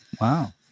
Wow